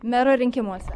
mero rinkimuose